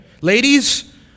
Ladies